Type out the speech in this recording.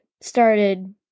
started